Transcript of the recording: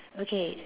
okay